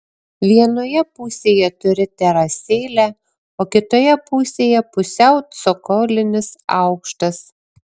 vienoje pusėje turi terasėlę o kitoje pusėje pusiau cokolinis aukštas